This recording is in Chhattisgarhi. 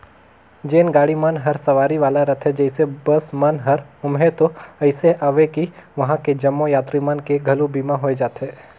जेन गाड़ी मन हर सवारी वाला रथे जइसे बस मन हर ओम्हें तो अइसे अवे कि वंहा के जम्मो यातरी मन के घलो बीमा होय जाथे